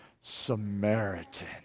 Samaritan